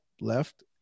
left